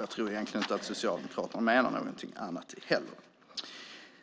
Jag tror egentligen inte att Socialdemokraterna menar någonting annat heller.